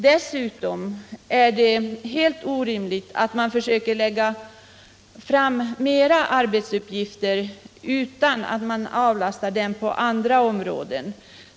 Dessutom är det helt orimligt att försöka lägga på dem nya arbetsuppgifter utan att avlasta dem på andra områden.